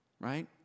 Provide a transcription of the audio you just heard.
Right